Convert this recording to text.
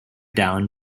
down